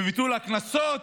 ביטול הקנסות,